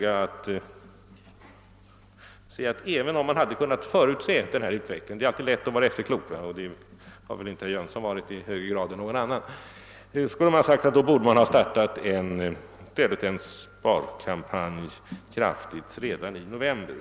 En del säger att man borde ha kunnat förutse den här utvecklingen — det är ju alltid lätt att vara efterklok, något som herr Jönsson väl inte varit i högre grad än någon annan — och därför borde ha startat en kraftig sparkampanj redan i november.